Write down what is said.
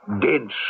dense